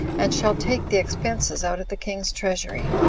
and shall take the expenses out of the king's treasury.